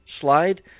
slide